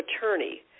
attorney